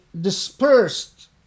dispersed